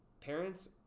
parents